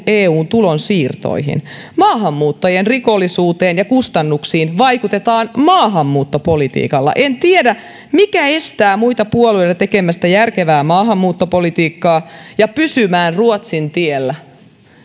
eun tulonsiirtoihin maahanmuuttajien rikollisuuteen ja kustannuksiin vaikutetaan maahanmuuttopolitiikalla en tiedä mikä estää muita puolueita tekemästä järkevää maahanmuuttopolitiikkaa ja pysymään ruotsin tiellä